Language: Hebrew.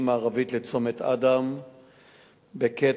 העבודה של האחיות היא מאוד קשה.